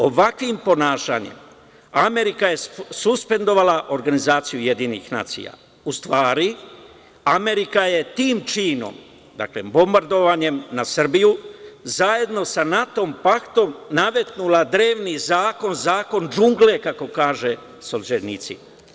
Ovakvim ponašanjem Amerika je suspendovala organizaciju UN, u stvari Amerika je tim činom, dakle, bombardovanjem Srbije, zajedno sa NATO paktom nametnula drevni zakon, zakon džungle, kako kaže Solženjicin.